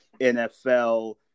NFL